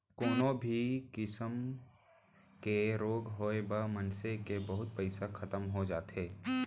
कोनो भी किसम के रोग होय म मनसे के बहुत पइसा खतम हो जाथे